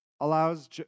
allows